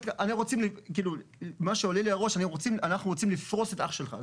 מה שעולה לי לראש אנחנו רוצים לפרוס את אח שלך,